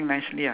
ya